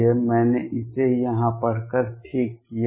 मैंने इसे यहां पढ़कर ठीक किया है